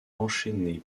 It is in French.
enchaîné